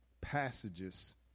passages